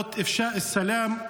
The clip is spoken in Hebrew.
ועדות אפשאא אלסלאם,